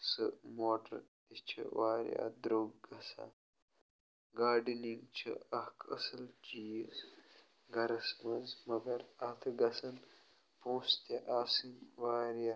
سُہ موٹَر تہِ چھُ واریاہ درٛوٚگ گژھان گاڑِنِنٛگ چھِ اَکھ اصٕل چیٖز گھرَس منٛز مگر اَتھ گژھَن پۄنٛسہٕ تہِ آسٕنۍ واریاہ